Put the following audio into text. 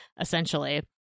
essentially